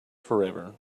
forever